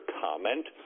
comment